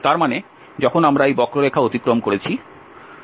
তার মানে যখন আমরা এই বক্ররেখা অতিক্রম করেছি